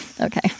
Okay